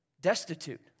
Destitute